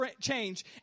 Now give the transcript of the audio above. change